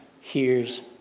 hears